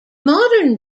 modern